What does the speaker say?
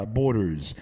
borders